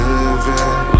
Living